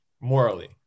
morally